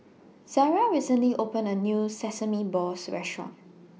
Zariah recently opened A New Sesame Balls Restaurant